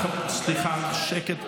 סליחה, שקט.